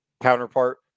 counterpart